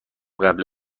قبل